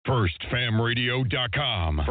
Firstfamradio.com